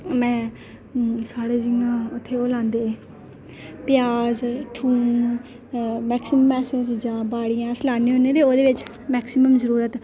में साढ़े जि'यां उत्थै ओह् लांदे प्याज थोम मैक्सीमम ऐसियां चीजां बड़ियां अस लान्ने होन्ने ते ओह्दे बिच मैक्सीमम जरूरत